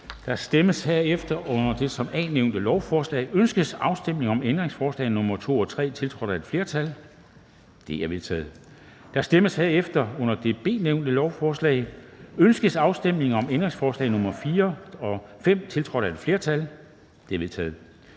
Der stemmes herefter om det under A nævnte lovforslag. Ønskes afstemning om ændringsforslag nr. 2-4 af et mindretal (KF), tiltrådt af et flertal (det øvrige udvalg)? De er vedtaget. Der stemmes herefter om det under B nævnte lovforslag. Ønskes afstemning om ændringsforslag nr. 5 og 6, tiltrådt af udvalget? De er vedtaget.